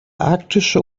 arktische